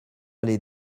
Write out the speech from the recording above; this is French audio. allée